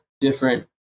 different